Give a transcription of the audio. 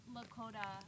Lakota